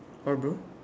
what bro